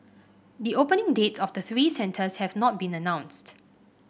the opening dates of the three centres have not been announced